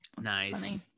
Nice